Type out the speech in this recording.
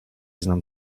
znam